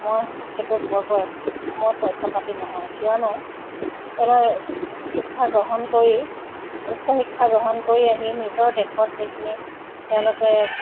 মই সেইটোত বৰকৈ মই পক্ষপাতি নহয় কিয়নো কোনো শিক্ষা গ্ৰহণ কৰি উচ্চ শিক্ষা গ্ৰহণ কৰি আহি নিজৰ দেশত সেইখিনি তেওঁলোকে